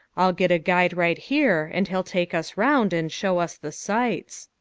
i'll get a guide right here, and he'll take us round and show us the sights.